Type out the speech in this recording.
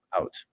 out